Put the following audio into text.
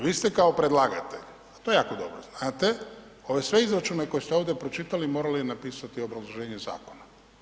Vi ste kao predlagatelj, a to jako dobro znate, ove sve izračune koje ste ovdje pročitali morali napisati i obrazloženje zakona.